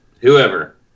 whoever